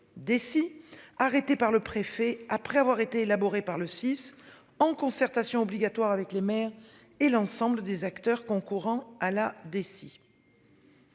déci. Arrêté par le préfet après avoir été élaboré par le six en concertation obligatoire avec les maires et l'ensemble des acteurs concourant à la DSI.